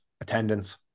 attendance